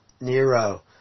Nero